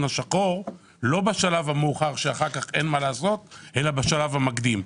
השחור ולא בשלב המאוחר כשאחר כך אין מה לעשות אלא בשלב המקדים.